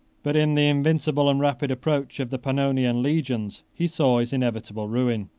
but in the invincible and rapid approach of the pannonian legions, he saw his inevitable ruin.